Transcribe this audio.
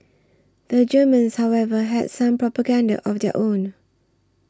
the Germans however had some propaganda of their own